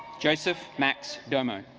joseph smacks domo